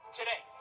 today